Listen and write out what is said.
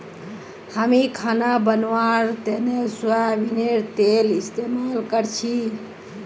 हामी खाना बनव्वार तने सोयाबीनेर तेल इस्तेमाल करछी